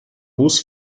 muss